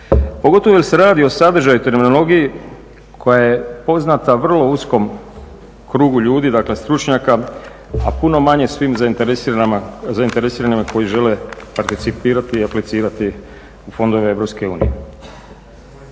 Pogotovo jer se radi o sadržaju i terminologiji koja je poznata vrlo uskom krugu ljudi, dakle stručnjaka, a puno manje svim zainteresiranima koji žele participirati i aplicirati u fondovima EU.